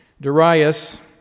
Darius